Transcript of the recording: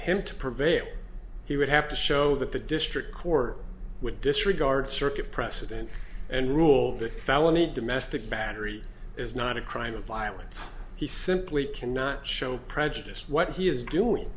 him to prevail he would have to show that the district court would disregard circuit precedent and rule that felony domestic battery is not a crime of violence he simply cannot show prejudice what he is doing